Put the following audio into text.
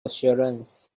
assurance